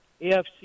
AFC